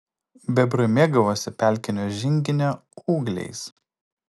bebrai mėgavosi pelkinio žinginio ūgliais